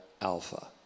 alpha